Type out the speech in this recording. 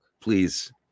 Please